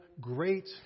great